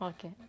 Okay